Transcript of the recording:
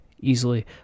easily